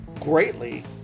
greatly